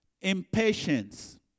impatience